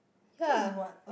yea